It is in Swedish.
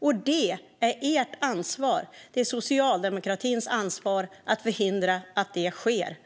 Och det är socialdemokratins ansvar att förhindra att det sker.